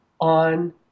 on